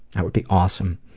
that would be awesome.